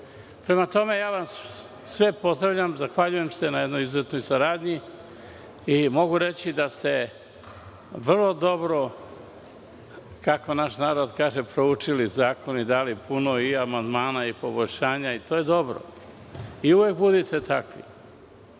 Od vas sve zavisi. Pozdravljam vas sve i zahvaljujem vam se na jednoj izuzetnoj saradnji. Mogu reći da ste vrlo dobro, kako naš narod kaže, proučili zakone i dali puno i amandmana i poboljšanja, što je dobro. Uvek budite takvi.